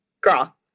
Girl